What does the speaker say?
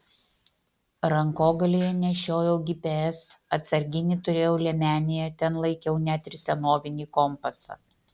rankogalyje nešiojau gps atsarginį turėjau liemenėje ten laikiau net ir senovinį kompasą